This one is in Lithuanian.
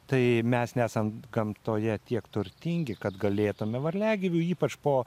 tai mes nesam gamtoje tiek turtingi kad galėtume varliagyvių ypač po